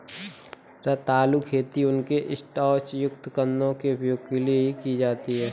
रतालू खेती उनके स्टार्च युक्त कंदों के उपभोग के लिए की जाती है